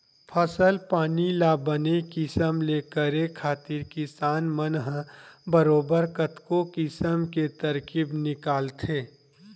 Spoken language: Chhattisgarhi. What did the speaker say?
फसल पानी ल बने किसम ले करे खातिर किसान मन ह बरोबर कतको किसम के तरकीब निकालथे